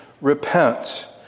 repent